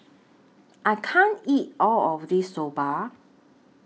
I can't eat All of This Soba